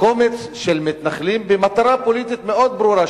קומץ של מתנחלים במטרה פוליטית מאוד ברורה,